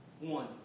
One